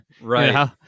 Right